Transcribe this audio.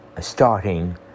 starting